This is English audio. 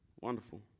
Wonderful